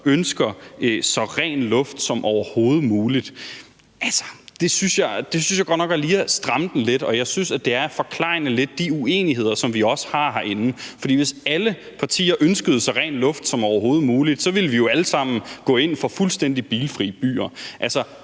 ønsker så ren luft som overhovedet muligt. Det synes jeg godt nok lige er at stramme den lidt, og jeg synes, at det lidt er at forklejne de uenigheder, som vi også har herinde. For hvis alle partier ønskede sig så ren luft som overhovedet muligt, ville vi jo alle sammen gå ind for fuldstændig bilfri byer.